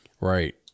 Right